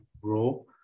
grow